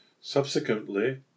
Subsequently